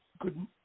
Good